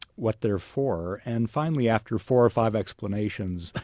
what they are for. and finally after four or five explanations,